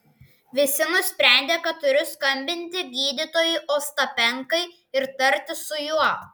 visi nusprendė kad turiu skambinti gydytojui ostapenkai ir tartis su juo